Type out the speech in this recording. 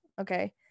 okay